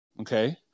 okay